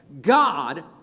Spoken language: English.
God